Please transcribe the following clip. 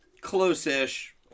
close-ish